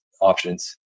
options